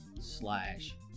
slash